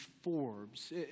Forbes